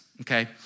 okay